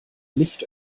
nicht